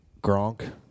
Gronk